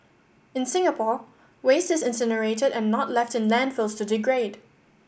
in Singapore waste is incinerated and not left in landfills to degrade